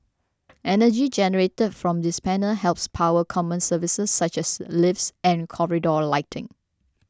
energy generated from these panels helps power common services such as lifts and corridor lighting